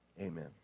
amen